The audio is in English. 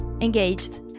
engaged